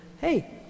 hey